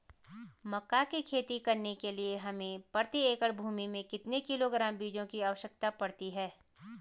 मक्का की खेती करने के लिए हमें प्रति एकड़ भूमि में कितने किलोग्राम बीजों की आवश्यकता पड़ती है?